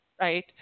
right